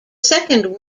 second